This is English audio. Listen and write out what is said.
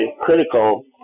critical